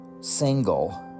single